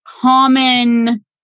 common